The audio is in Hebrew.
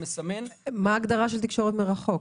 --- מה ההגדרה של תקשורת מרחוק?